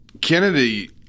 Kennedy